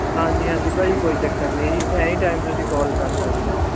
ਹਾਂਜੀ ਹਾਂਜੀ ਭਾਅ ਜੀ ਕੋਈ ਚੱਕਰ ਨਹੀਂ ਜੀ ਐਨੀ ਟਾਈਮ ਤੁਸੀਂ ਕਾਲ ਕਰ ਸਕਦੇ ਹੋ